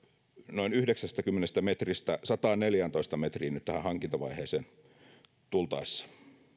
noin yhdeksästäkymmenestä metristä sataanneljääntoista metriin nyt tähän hankintavaiheeseen tultaessa